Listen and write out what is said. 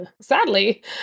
sadly